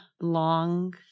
long